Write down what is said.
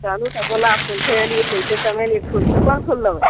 कहलू तऽ गुलाब फूल छै बेलीके फूल छै चमेलीके फूल छै कोन फूल लेबै